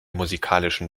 musikalischen